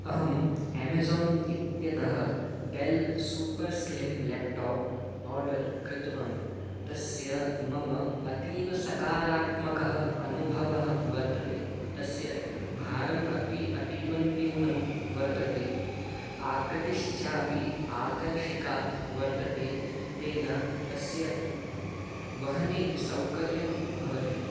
अहं अमेज़ोन् इत्यतः Dell super slim laptop order कृतवान् तस्य मम अतीवसकारात्मकः अनुभवः वर्तते तस्य भारमपि अतीवन्यूनं वर्तते आकृतिश्चापि आकर्षिका वर्तते तेन तस्य वहने सौकर्यं भवति